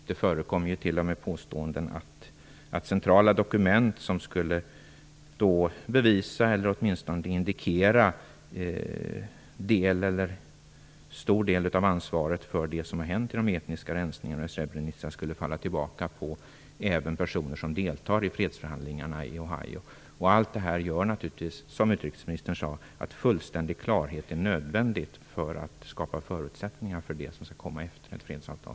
Det förekommer t.o.m. påståenden om centrala dokument, som skulle bevisa eller åtminstone indikera att en del eller en stor del av ansvaret för det som har hänt vid de etniska rensningarna i Srebrenica skulle falla tillbaka på även personer som deltar i fredsförhandlingarna i Ohio. Allt detta gör naturligtvis, som utrikesministern sade, att fullständig klarhet är nödvändig för att skapa förutsättningar för det som skall komma efter ett fredsavtal.